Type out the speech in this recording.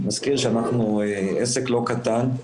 אני מזכיר שאנחנו עסק לא קטן,